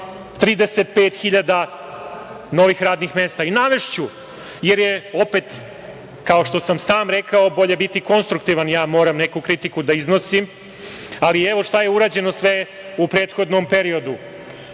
hiljada novih radnih mesta. Navešću, jer je opet, kao što sam, sam rekao, bolje biti konstruktivan, ja moram neku kritiku da iznosim, ali evo šta je urađeno sve u prethodnom periodu,